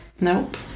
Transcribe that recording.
nope